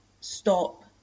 stop